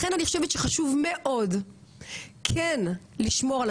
לכן אני חושבת שחשוב מאוד כן לשמור על